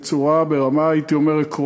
בצורה, ברמה, הייתי אומר, עקרונית.